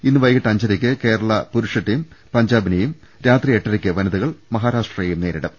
ഇന്ന് വൈകിട്ട് അഞ്ചരയ്ക്ക് കേരള പുരുഷ ടീം പഞ്ചാബി നെയും രാത്രി എട്ടരയ്ക്ക് വനിതകൾ മഹാരാഷ്ട്രയെയും നേരി ടും